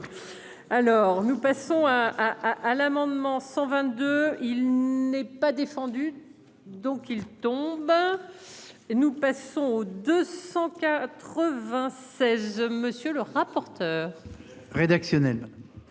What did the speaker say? Alors, nous passons un. L'amendement 122, il n'est pas défendu. Donc il tombeur. Et nous passons au 296. Monsieur le rapporteur. Rédactionnelle.